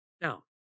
Now